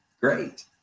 great